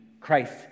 Christ